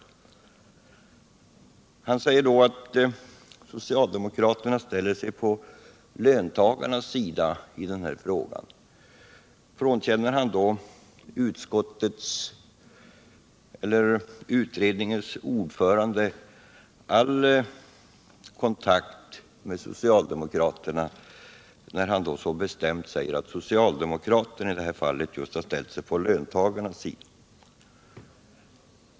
Åke Gustavsson säger att socialdemokraterna ställer sig på löntagarnas sida i denna fråga, men när han så bestämt hävdar det frånkänner han tydligen utredningens ordförande all kontakt med socialdemokraterna.